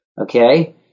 Okay